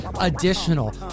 additional